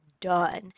done